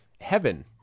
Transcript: heaven